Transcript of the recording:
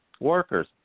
workers